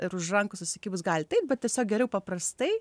ir už rankų susikibus galit eit bet tiesiog geriau paprastai